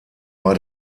war